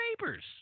neighbors